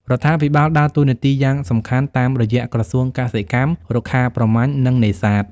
រដ្ឋាភិបាលដើរតួនាទីយ៉ាងសំខាន់តាមរយៈក្រសួងកសិកម្ម រុក្ខាប្រមាញ់ និងនេសាទ។